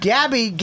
Gabby